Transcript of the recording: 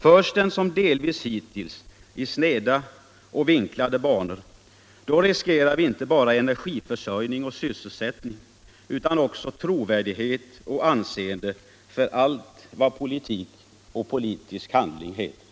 Förs den som delvis hittills i sneda och vinklade banor, riskerar vi inte bara energiförsörjning och sysselsättning utan också trovärdighet och anseende för allt vad politik och politisk handling heter.